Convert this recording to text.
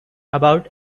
about